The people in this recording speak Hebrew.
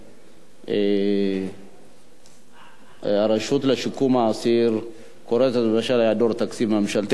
בנושא: קריסת הרשות לשיקום האסיר בשל היעדר תקציב ממשלתי,